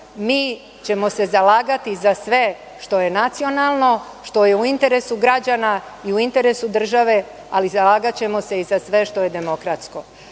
mi ćemo se zalagati za sve što je nacionalno, što je u interesu građana i u interesu države, ali zalagaćemo se i za sve što je demokratsko. Građani